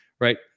right